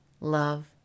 love